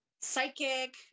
psychic